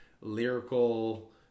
lyrical